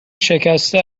شکسته